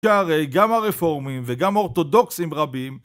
שהרי גם הרפורמים וגם אורתודוקסים רבים